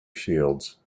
shields